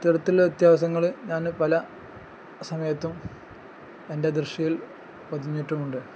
ഇത്തരത്തിലുള്ള വ്യത്യാസങ്ങൾ ഞാൻ പല സമയത്തും എൻ്റെ ദൃശ്യയിൽ പതിഞ്ഞിട്ടുമുണ്ട്